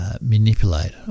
Manipulate